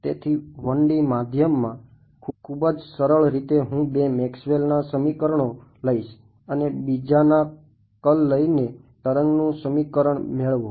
તેથી 1 D માધ્યમમાં ખૂબ જ સરળ રીતે હું બે મેક્સવેલના સમીકરણો લઈશ અને બીજાના કર્લ લઈને તરંગનું સમીરાકરણ મેળવો